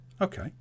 okay